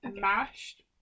Mashed